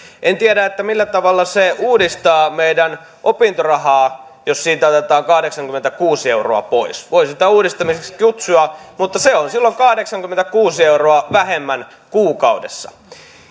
en tiedä millä tavalla se uudistaa meidän opintorahaa jos siitä otetaan kahdeksankymmentäkuusi euroa pois voi sitä uudistamiseksi kutsua mutta se on silloin kahdeksankymmentäkuusi euroa vähemmän kuukaudessa